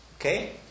Okay